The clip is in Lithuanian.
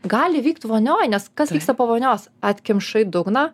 gali vykt vonioj nes kas vyksta po vonios atkimšai dugną